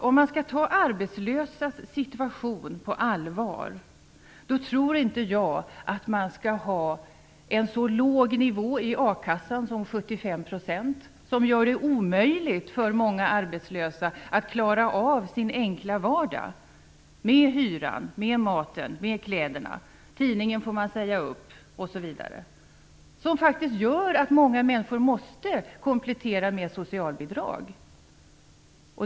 Om man skall ta de arbetslösas situation på allvar tror inte jag att man skall ha en så låg nivå i a-kassan som 75 %. Det gör det omöjligt för många arbetslösa att klara av sin enkla vardag med hyran, maten och kläderna. Tidningen får man säga upp osv. Detta gör faktiskt att många människor måste komplettera med socialbidrag.